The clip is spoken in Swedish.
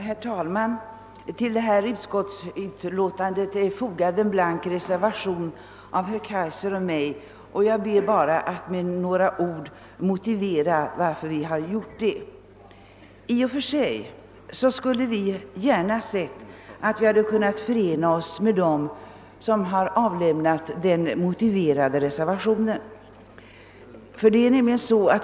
Herr talman! Till detta utskottsutlåtande är fogad en blank reservation av herr Käijser och mig, och jag ber bara att med några ord få motivera varför vi har avgivit reservationen. I och för sig skulle vi gärna sett att vi hade kunnat förena oss med dem som har avlämnat den motiverade reservationen.